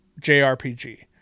jrpg